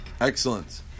Excellent